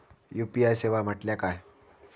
UPI सेवा म्हटल्या काय?